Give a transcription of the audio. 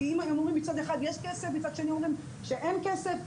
כי מצד אחד אומרים שיש כסף,